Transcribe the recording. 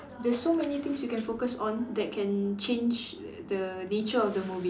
there's so many things you can focus on that can change the nature of the movie